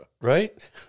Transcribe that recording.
right